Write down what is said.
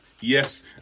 Yes